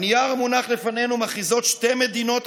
בנייר המונח לפנינו מכריזות שתי מדינות,